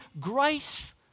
grace